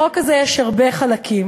בחוק הזה יש הרבה חלקים.